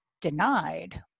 Denied